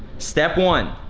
step one,